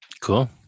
Cool